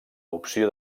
opció